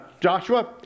Joshua